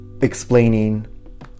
explaining